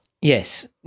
Yes